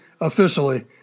officially